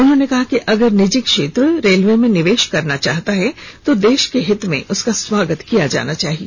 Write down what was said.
उन्होंने कहा कि अगर निजी क्षेत्र रेलवे में निवेश करना चाहता है तो देश के हित में उसका स्वागत किया जाना चाहिए